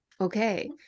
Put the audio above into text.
okay